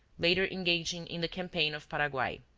later engaging in the campaign of paraguay.